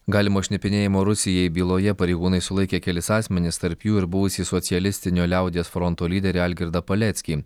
galimo šnipinėjimo rusijai byloje pareigūnai sulaikė kelis asmenis tarp jų ir buvusį socialistinio liaudies fronto lyderį algirdą paleckį